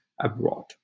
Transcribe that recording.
abroad